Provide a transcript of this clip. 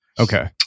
Okay